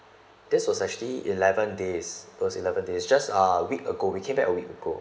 this was actually eleven days was eleven days just a week ago we came back a week ago